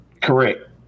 Correct